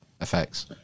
effects